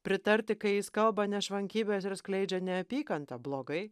pritarti kai jis kalba nešvankybes ir skleidžia neapykantą blogai